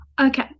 Okay